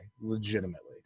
legitimately